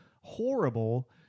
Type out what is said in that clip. horrible